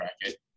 bracket